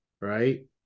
right